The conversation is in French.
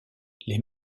les